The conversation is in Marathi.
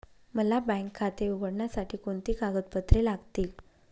मला बँक खाते उघडण्यासाठी कोणती कागदपत्रे लागतील?